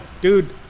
dude